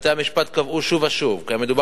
בתי-המשפט קבעו שוב ושוב כי מדובר